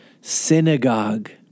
synagogue